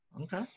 Okay